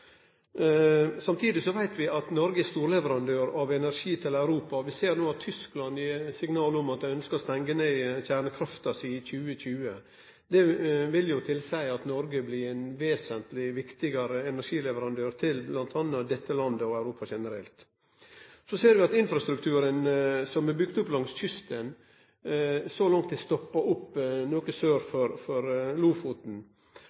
Samtidig veit vi at Noreg er storleverandør av energi til Europa, og vi ser at Tyskland gir signal om at dei ønskjer å stengje ned kjernekrafta si i 2020. Det vil tilseie at Noreg blir ein vesentleg viktigare energileverandør til bl.a. dette landet, og til Europa generelt. Så ser vi at infrastrukturen som er bygd opp langs kysten så langt, er stoppa opp noko sør for Lofoten.